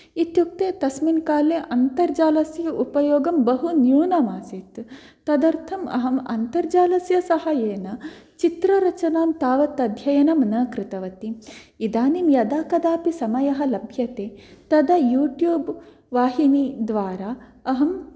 इत्युक्ते तस्मिन् काले अन्तर्जालस्य उपयोगं बहु न्युनम् आसीत् तदार्थम् अहम् अन्तर्जालस्य सहायेन चित्ररचनां तावत् अध्ययनं न कृतवती इदानीं यदा कदापि समयः लभ्यते तदा यूट्यूब् वाहिनी द्वारा अहं